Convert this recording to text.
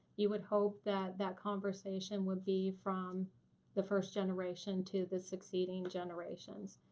you would hope that that conversation would be from the first generation to the succeeding generations.